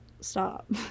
stop